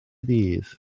dydd